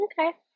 okay